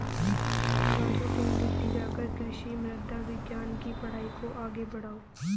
राजू तुम दिल्ली जाकर कृषि मृदा विज्ञान के पढ़ाई को आगे बढ़ाओ